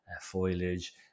foliage